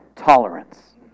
Tolerance